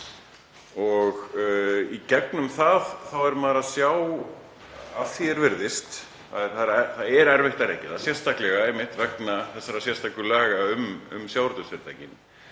Í gegnum það er maður að sjá, að því er virðist, það er erfitt að rekja það, sérstaklega einmitt vegna þessara sérstöku laga um sjávarútvegsfyrirtækin,